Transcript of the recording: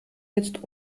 jetzt